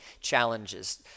challenges